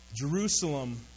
Jerusalem